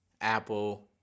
Apple